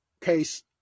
case